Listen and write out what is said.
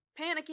panicking